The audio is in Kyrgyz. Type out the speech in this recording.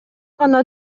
гана